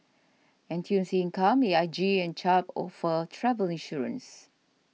N T U C Income A I G and Chubb offer travel insurance